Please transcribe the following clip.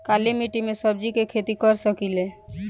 काली मिट्टी में सब्जी के खेती कर सकिले?